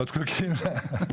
עוד זקוקים לה,